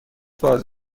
باز